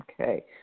Okay